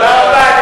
תודה רבה.